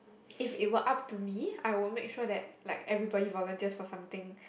if it were up to me I would make sure that like everybody volunteers for something